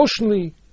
emotionally